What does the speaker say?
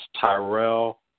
Tyrell